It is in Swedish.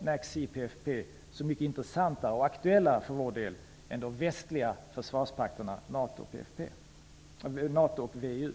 NACC och PFF så mycket intressantare och aktuella för vår del än de västliga försvarspakterna NATO och VEU.